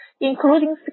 including